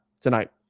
tonight